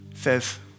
says